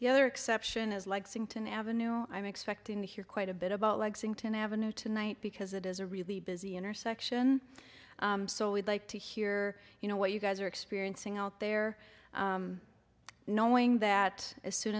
the other exception is like saying to ave i'm expecting to hear quite a bit about legs into an avenue tonight because it is a really busy intersection so we'd like to hear you know what you guys are experiencing out there knowing that as soon